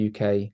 uk